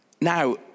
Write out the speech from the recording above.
Now